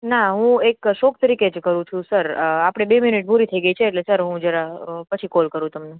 ના હું એક શોખ તરીકે જ કરું છું સર આપણે બે મિનિટ પૂરી થઈ ગઈ છે તો સર હું જરા પછી કૉલ કરું તમને